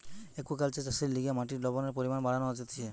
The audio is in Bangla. একুয়াকালচার চাষের লিগে মাটির লবণের পরিমান বাড়ানো হতিছে